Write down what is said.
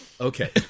Okay